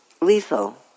lethal